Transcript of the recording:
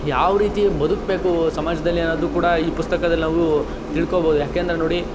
ಯಾವ ರೀತಿ ಬದುಕಬೇಕು ಸಮಾಜದಲ್ಲಿ ಅನ್ನೋದು ಕೂಡ ಈ ಪುಸ್ತಕದಲ್ಲಿ ನಾವು ತಿಳ್ಕೋಬೌದು ಯಾಕೆಂದರೆ ನೋಡಿ